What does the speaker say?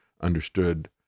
understood